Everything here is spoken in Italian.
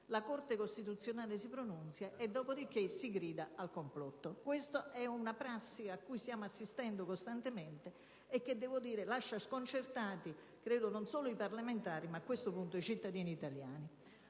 la Corte costituzionale si pronunzia, dopo di che si grida al complotto. Questa è una prassi a cui stiamo assistendo costantemente e devo dire che lascia sconcertati non solo i parlamentari, ma anche i cittadini italiani.